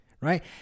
right